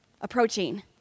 approaching